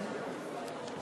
החוק